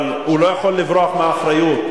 אבל הוא לא יכול לברוח מאחריות,